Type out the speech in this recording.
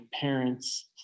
parents